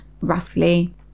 roughly